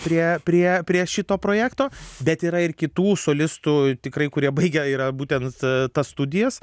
prie prie prie šito projekto bet yra ir kitų solistų tikrai kurie baigę yra būtent tas studijas